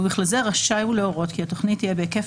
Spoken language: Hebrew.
ובכלל זה רשאי הוא להורות כי התכנית תהיה בהיקף